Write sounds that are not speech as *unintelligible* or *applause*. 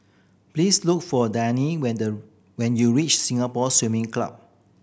please look for Dianne *unintelligible* when you reach Singapore Swimming Club